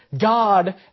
God